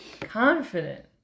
confident